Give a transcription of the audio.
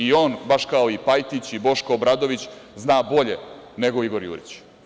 I on, baš kao i Pajtić i Boško Obradović, zna bolje nego Igor Jurić.